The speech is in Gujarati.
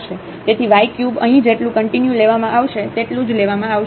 તેથી y ³ અહીં જેટલું કંટીન્યુ લેવામાં આવશે તેટલું જ લેવામાં આવશે